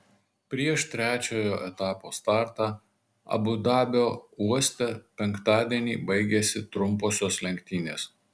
prieš trečiojo etapo startą abu dabio uoste penktadienį baigėsi trumposios lenktynės